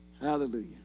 Hallelujah